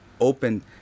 open